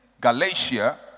Galatia